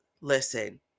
listen